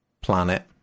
planet